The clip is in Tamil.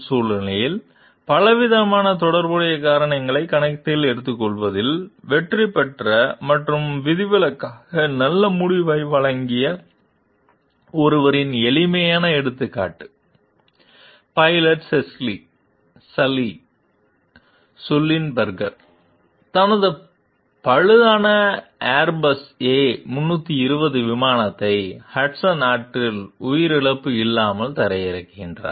சூழ்நிலையில் பலவிதமான தொடர்புடைய காரணிகளைக் கணக்கில் எடுத்துக்கொள்வதில் வெற்றி பெற்ற மற்றும் விதிவிலக்காக நல்ல முடிவை வழங்கிய ஒருவரின் எளிமையான எடுத்துக்காட்டு பைலட் செஸ்லி சல்லி சுல்லன்பெர்கர் தனது பழுதான ஏர்பஸ் ஏ 320 விமானத்தை ஹட்சன் ஆற்றில் உயிர் இழப்பு இல்லாமல் தரையிறக்கினார்